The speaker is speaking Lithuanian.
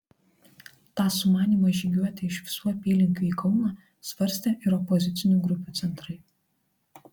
tą sumanymą žygiuoti iš visų apylinkių į kauną svarstė ir opozicinių grupių centrai